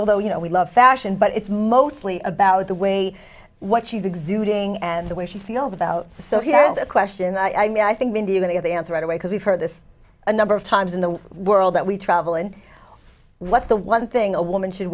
although you know we love fashion but it's mostly about the way what she's exuding and the way she feels about so he has a question i mean i think been dealing with the answer right away because we've heard this a number of times in the world that we travel and what's the one thing a woman should